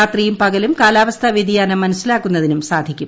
രാത്രിയും പകലും കാലാവസ്ഥാ വ്യതിയാനം മനസിലാക്കുന്നതിനും സാധിക്കും